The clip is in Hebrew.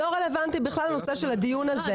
זה לא רלוונטי בכלל לנושא של הדיון הזה,